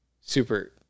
Super